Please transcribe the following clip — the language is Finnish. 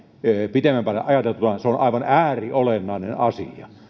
pitemmän päälle ajateltuna aivan ääriolennainen asia